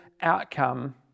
outcome